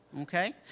Okay